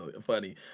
funny